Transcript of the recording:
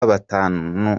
batanu